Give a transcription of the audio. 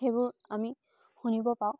সেইবোৰ আমি শুনিব পাওঁ